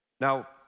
Now